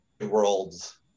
worlds